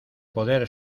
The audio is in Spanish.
poder